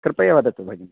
कृपया वदतु भगिनी